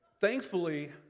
Thankfully